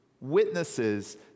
witnesses